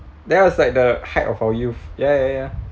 that was like the height of our youth ya ya ya